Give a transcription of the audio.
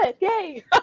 Yay